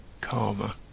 karma